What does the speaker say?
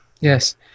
Yes